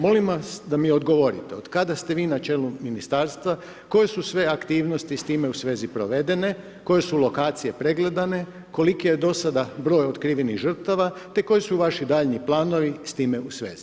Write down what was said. Molim vas, da mi odgovorite, od kada ste vi na čelu Ministarstva, koje su sve aktivnosti s time u svezi provedene, koje su lokacije pregledane, koliki je do sada broj otkrivenih žrtava, te koji su vaši daljnji planovi s time u svezi?